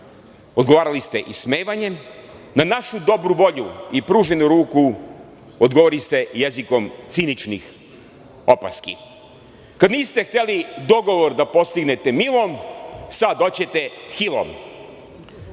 odgovarali ste ismevanjem, na našu dobru volju i pruženu ruku odgovoriste jezikom ciničnih opaski. Kad niste hteli dogovor da postignete milom, sada hoćete